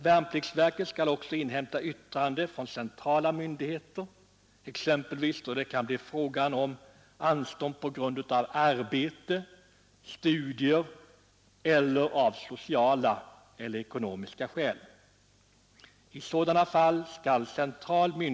Värnpliktsverket skall också inhämta yttrande från central myndighet, exempelvis då det kan bli fråga om anstånd på grund av arbete eller studier, av sociala eller ekonomiska skäl.